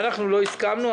ואנחנו לא הסכמנו,